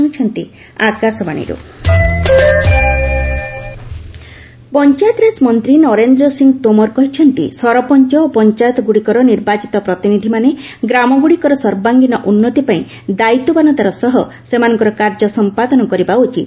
Tomar panchayat representatives Panchayati Raj ମନ୍ତ୍ରୀ ନରେନ୍ଦ୍ର ସିଂ ତୋମର କହିଛନ୍ତି ସରପଞ୍ଚ ଓ ପଞ୍ଚାୟତଗୁଡ଼ିକର ନିର୍ବାଚିତ ପ୍ରତିନିଧିମାନେ ଗ୍ରାମାଗୁଡ଼ିକର ସର୍ବାଙ୍ଗୀନ ଉନ୍ନତି ପାଇଁ ଦାୟିତ୍ୱବାନତାର ସହ ସେମାନଙ୍କର କାର୍ଯ୍ୟ ସମ୍ପାଦନ କରିବା ଉଚିତ